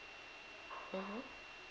mmhmm